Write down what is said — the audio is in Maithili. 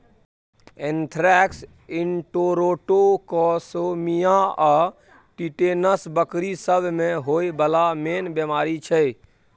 एन्थ्रेक्स, इंटरोटोक्सेमिया आ टिटेनस बकरी सब मे होइ बला मेन बेमारी छै